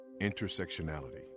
Intersectionality